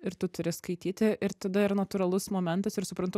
ir tu turi skaityti ir tada ir natūralus momentas ir suprantu